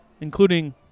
including